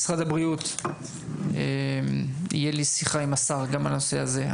משרד הבריאות, תהיה לי שיחה עם השר גם בנושא הזה.